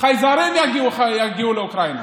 חייזרים יגיעו לאוקראינה.